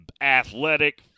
athletic